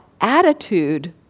attitude